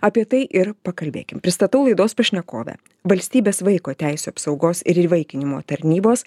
apie tai ir pakalbėkim pristatau laidos pašnekovę valstybės vaiko teisių apsaugos ir įvaikinimo tarnybos